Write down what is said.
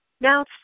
Now